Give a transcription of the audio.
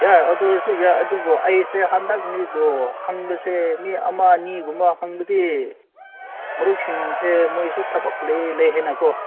ꯌꯥꯏ ꯑꯗꯨ ꯑꯣꯏꯔꯁꯨ ꯌꯥꯏ ꯑꯗꯨꯕꯨ ꯑꯩꯁꯦ ꯍꯟꯗꯛ ꯃꯤꯕꯨ ꯍꯪꯕꯁꯦ ꯃꯤ ꯑꯃ ꯑꯅꯤꯒꯨꯝꯕ ꯍꯪꯕꯗꯤ ꯃꯔꯨꯞꯁꯤꯡꯁꯦ ꯃꯣꯏꯁꯨ ꯊꯕꯛ ꯂꯩ ꯂꯩ ꯍꯥꯏꯅꯀꯣ